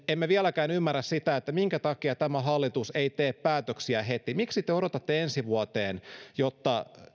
emme vieläkään ymmärrä sitä minkä takia tämä hallitus ei tee päätöksiä heti miksi te odotatte ensi vuoteen jotta